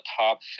top